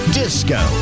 disco